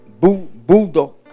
bulldog